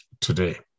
today